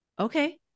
okay